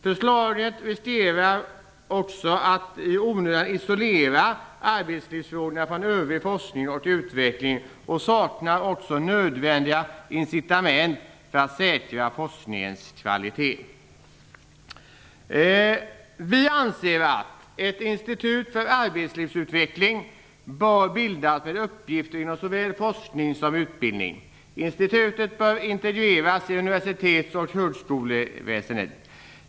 Förslaget riskerar också att i onödan isolera arbetslivsfrågorna från övrig forskning och utveckling, och det saknar nödvändiga incitament för att säkra forskningens kvalitet. Vi anser att ett institut för arbetslivsutveckling bör bildas med uppgifter inom såväl forskning som utbildning. Institutet bör integreras i universitets och högskoleväsendet.